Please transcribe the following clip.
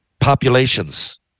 populations